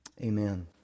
Amen